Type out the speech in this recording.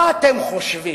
מה אתם חושבים,